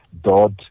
dot